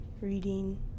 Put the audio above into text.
reading